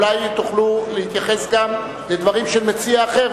אולי תוכלו להתייחס גם לדברים של מציע אחר,